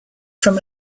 from